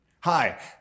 Hi